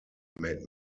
made